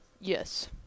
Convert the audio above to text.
yes